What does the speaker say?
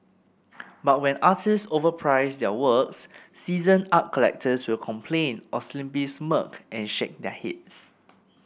but when artists overprice their works seasoned art collectors will complain or simply smirk and shake their heads